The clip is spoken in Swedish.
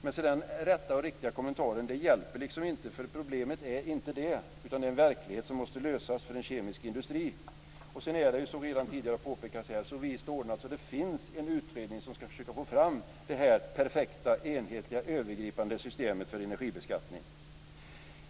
Men se den rätta och riktiga kommentaren hjälper liksom inte, för det är inte det som är problemet, utan det är problemet med en verklighet för en kemisk industri som måste lösas. Som tidigare har påpekats är det så vist ordnat att det finns en utredning som skall försöka få fram det perfekta, enhetliga och övergripande systemet för energibeskattning.